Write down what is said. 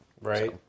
Right